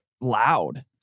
loud